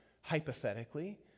hypothetically